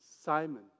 Simon